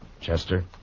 Chester